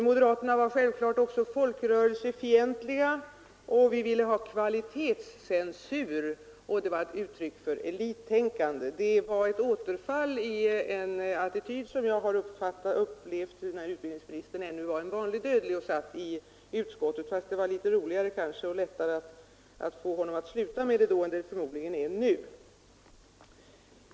Moderaterna var självfallet också folkrörelsefientliga, vi ville ha kvalitetscensur, och vi gav uttryck för elittänkande. Detta är ett återfall i en attityd som jag har upplevt när utbildningsministern ännu var en vanlig dödlig och satt i utskottet, fast det var kanske litet roligare och litet lättare att få honom att sluta med det då än det förmodligen är nu.